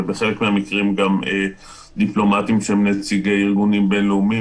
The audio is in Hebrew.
ובחלק מהמקרים גם דיפלומטים שהם נציגי ארגונים בינלאומיים